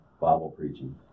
Bible-preaching